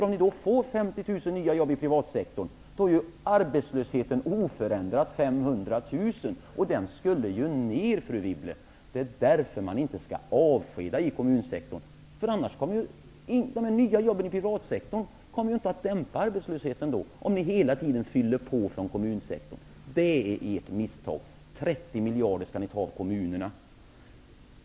Om det då blir 50 000 nya jobb i privatsektorn är ju arbetslösheten oförändrat 500 000, och den skulle ju ner, fru Wibble. Det är därför man inte skall avskeda i kommunsektorn. Om ni hela tiden fyller på från kommunsektorn kommer ju inte de nya jobben i privatsektorn att dämpa arbetslösheten. Detta är ert misstag. 30 miljarder skall ni ta av kommunerna.